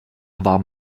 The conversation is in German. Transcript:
war